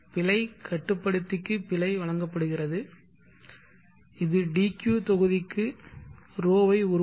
பிழை கட்டுப்படுத்திக்கு பிழை வழங்கப்படுகிறது இது dq தொகுதிக்கு ρ ஐ உருவாக்கும்